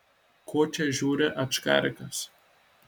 ko čia žiūri ačkarikas